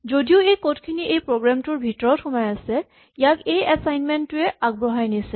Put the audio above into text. যদিও এই কড খিনি এই প্ৰগ্ৰেম টোৰ ভিতৰত সোমাই আছে ইয়াক এই এচাইমেন্ট টোৱে আগবঢ়াই নিছে